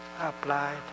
applied